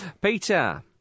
Peter